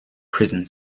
prison